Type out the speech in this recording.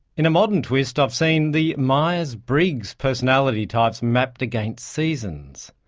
in a modern twist i've seen the myers-briggs personality types mapped against seasons.